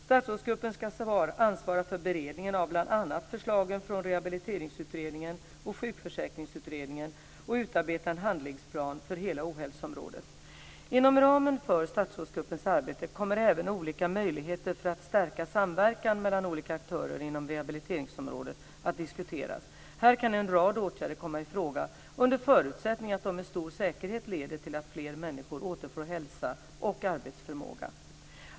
Statsrådsgruppen ska ansvara för beredningen av bl.a. förslagen från Rehabiliteringsutredningen och Sjukförsäkringsutredningen och utarbeta en handlingsplan för hela ohälsoområdet. Inom ramen för statsrådsgruppens arbete kommer även olika möjligheter för att stärka samverkan mellan olika aktörer inom rehabiliteringsområdet att diskuteras. Här kan en rad åtgärder komma i fråga under förutsättning att de med stor säkerhet leder till att fler människor återfår hälsa och arbetsförmåga.